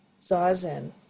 zazen